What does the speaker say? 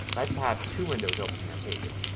let's have two windows open here in pages.